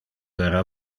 era